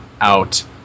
out